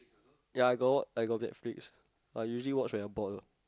ya got I got Netflix but usually watch when I bored lah